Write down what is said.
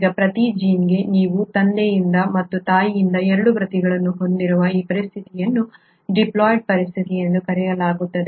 ಈಗ ಪ್ರತಿ ಜೀನ್ಗೆ ನೀವು ತಂದೆಯಿಂದ ಮತ್ತು ತಾಯಿಯಿಂದ 2 ಪ್ರತಿಗಳನ್ನು ಹೊಂದಿರುವ ಈ ಪರಿಸ್ಥಿತಿಯನ್ನು ಡಿಪ್ಲಾಯ್ಡ್ ಪರಿಸ್ಥಿತಿ ಎಂದು ಕರೆಯಲಾಗುತ್ತದೆ